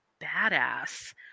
badass